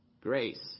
Grace